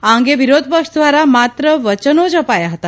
આ અંગે વિરોધપક્ષ ધ્વારા માત્ર વયનો જ અપાયા હતા